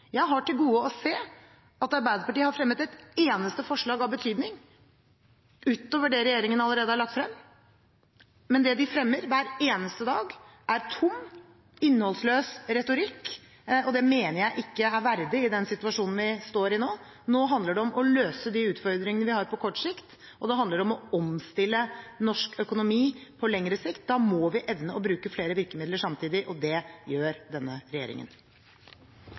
Jeg har til gode å se at Arbeiderpartiet har fremmet et eneste forslag av betydning utover det regjeringen allerede har lagt frem, men det de fremmer hver eneste dag, er tom, innholdsløs retorikk, og det mener jeg ikke er verdig i den situasjonen vi står i nå. Nå handler det om å løse de utfordringene vi har på kort sikt, og det handler om å omstille norsk økonomi på lengre sikt. Da må vi evne å bruke flere virkemidler samtidig, og det gjør denne regjeringen.